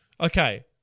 Okay